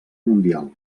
mundial